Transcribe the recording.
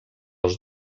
els